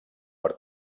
per